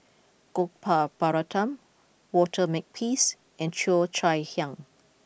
Gopal Baratham Walter Makepeace and Cheo Chai Hiang